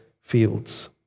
fields